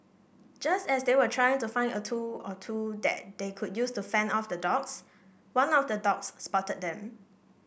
just as they were trying to find a tool or two that they could use to fend off the dogs one of the dogs spotted them